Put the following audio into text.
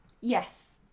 Yes